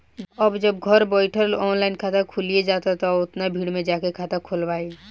अब जब घरे बइठल ऑनलाइन खाता खुलिये जाता त के ओतना भीड़ में जाके खाता खोलवाइ